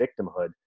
victimhood